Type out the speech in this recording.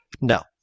No